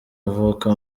avuka